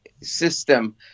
system